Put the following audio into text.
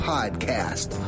Podcast